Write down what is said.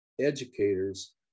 educators